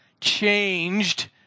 changed